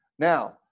Now